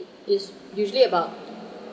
is usually about